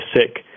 sick